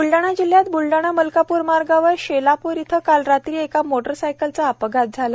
ब्लडाणा जिल्ह्यात ब्लडाणा मलकाप्र मार्गावर शेलाप्र इथं काल रात्री एका मोटारसायकलचा अपघात झाला